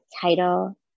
title